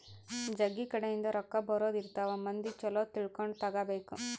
ಜಗ್ಗಿ ಕಡೆ ಇಂದ ರೊಕ್ಕ ಬರೋದ ಇರ್ತವ ಮಂದಿ ಚೊಲೊ ತಿಳ್ಕೊಂಡ ತಗಾಬೇಕು